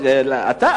אתה.